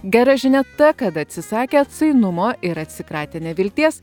gera žinia ta kad atsisakę atsainumo ir atsikratę nevilties